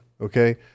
okay